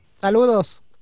Saludos